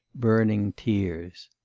burning tears.